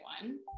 one